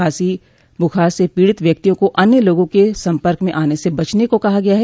खांसी बुखार से पीडित व्यक्तियों को अन्य लोगों के संपर्क में आने से बचने को कहा गया है